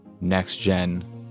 next-gen